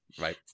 Right